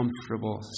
comfortable